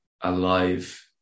alive